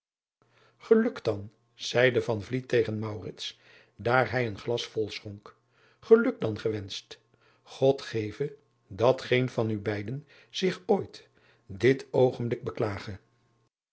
eluk dan zeide tegen daar hij een glas vol schonk geluk dan gewenscht od geve dat geen van u beiden zich ooit dit oogenblik beklage